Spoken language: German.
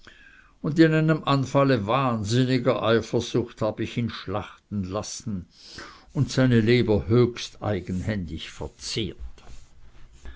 und in einem anfalle wahnsinniger eifersucht hab ich ihn schlachten lassen und seine leber höchsteigenhändig verzehrt